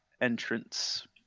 entrance